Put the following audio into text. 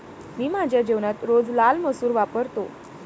मी माझ्या जेवणात रोज लाल मसूर वापरतो